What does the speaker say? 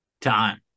time